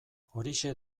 horixe